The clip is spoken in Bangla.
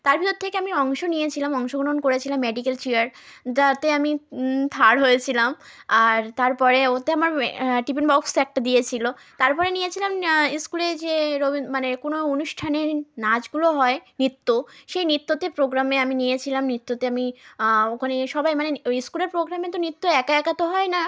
তার ভিতর থেকে আমি অংশ নিয়েছিলাম অংশগ্রহণ করেছিলাম মেডিকেল চেয়ার যাতে আমি থার্ড হয়েছিলাম আর তারপরে ওতে আমার টিফিন বক্স একটা দিয়েছিলো তারপরে নিয়েছিলাম স্কুলে যে রবীন মানে কোনো অনুষ্ঠানের নাচগুলো হয় নৃত্য সেই নৃত্যতে প্রোগ্রামে আমি নিয়েছিলাম নৃত্যতে আমি ওখানে সবাই মানে ওই স্কুলের প্রোগ্রামে তো নৃত্য একা একা তো হয় না